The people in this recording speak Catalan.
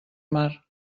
mar